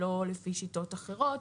לא לפי שיטות אחרות,